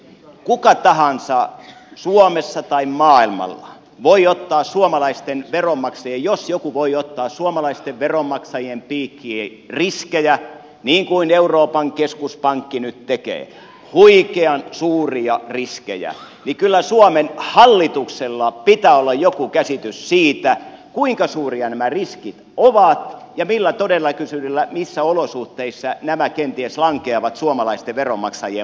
kuka tahansa suomessa tai maailmalle voi ottaa suomalaisten veronmaksajien jos joku voi ottaa suomalaisten veronmaksajien piikkiin riskejä niin kuin euroopan keskuspankki nyt tekee huikean suuria riskejä niin kyllä suomen hallituksella pitää olla joku käsitys siitä kuinka suuria nämä riskit ovat ja millä todennäköisyydellä missä olosuhteissa nämä kenties lankeavat suomalaisten veromaksajien maksettaviksi